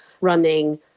running